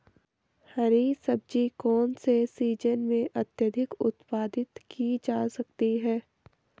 हरी सब्जी कौन से सीजन में अत्यधिक उत्पादित की जा सकती है?